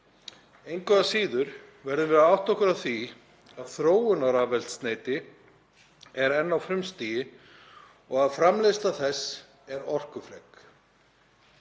Engu að síður verðum við að átta okkur á því að þróunin á rafeldsneyti er enn á frumstigi og að framleiðsla þess er orkufrek.